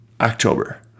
October